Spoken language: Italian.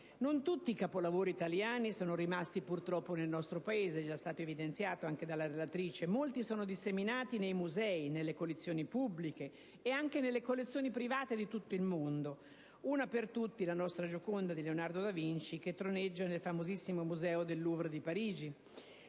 non tutti i capolavori italiani sono rimasti nel nostro Paese, com'è già stato evidenziato dalla relatrice: molti sono disseminati nei musei e nelle collezioni - pubbliche, ma anche private - di tutto il mondo. Uno per tutti è la nostra Gioconda di Leonardo da Vinci, che troneggia nel famosissimo Museo del Louvre di Parigi,